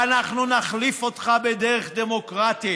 ואנחנו נחליף אותך בדרך דמוקרטית.